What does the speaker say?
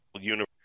universe